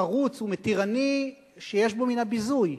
פרוץ ומתירני שיש בו מן הביזוי.